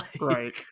right